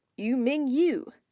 yumin you,